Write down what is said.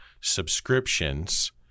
subscriptions